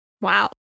Wow